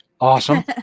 Awesome